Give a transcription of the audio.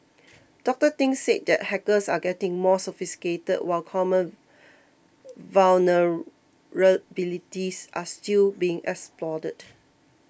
Doctor Thing said that hackers are getting more sophisticated while common vulnerabilities are still being exploited